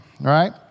right